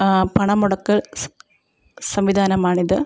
പണം മുടക്കൽ സ സംവിധാനമാണിത്